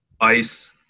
ice